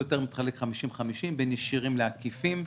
יותר מתחלק 50-50 בין ישירים לעקיפים.